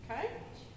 Okay